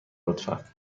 لطفا